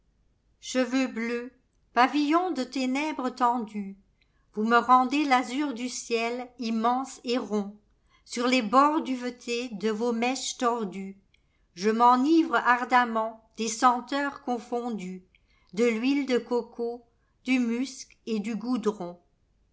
cheveux bleus pavillon de ténèbres tendues vous me rendez l'azur du ciel immense et rond sur les bords duvetés de vos mèches torduesje m'enivre ardemment des senteurs confonduesde l'huile de coco du musc et du goudron